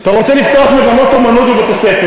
אתה רוצה לפתוח מגמות אמנות בבית-הספר,